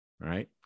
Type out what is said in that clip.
right